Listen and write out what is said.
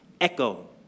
echo